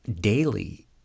daily